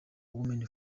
women